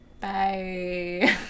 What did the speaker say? Bye